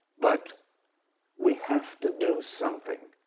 but we have to do something